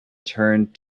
turned